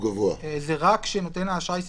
שני ימי